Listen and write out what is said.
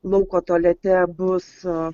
lauko tualete bus